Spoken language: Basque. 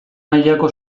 mailako